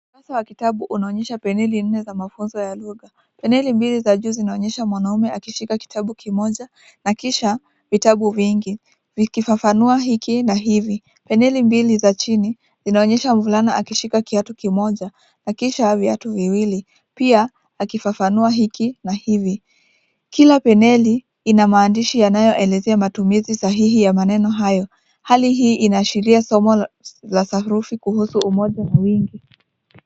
Ukurasa wa kitabu unaonyesha peneli nne za mafunzo ya lugha. Peneli mbili za juu zinaonyesha mwanamume akishika kitabu kimoja na kisha vitabu vingi, vikifafanua hiki na hivi. Peneli mbili za chini zinaonyesha mvulana akishika kiatu kimoja na kisha viatu viwili, pia akifafanua hiki na hivi. Kila peneli ina maandishi yanayoelezea matumizi sahihi ya maneno hayo. Hali hii inaashiria somo la sarufi kuhusu umoja na wingi.